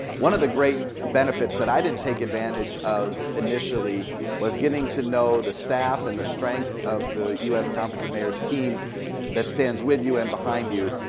one of the great benefits that i didn't take advantage of initially was getting to know the staff and the strength of the u s. conference of mayors team that stands with you and behind you.